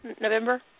November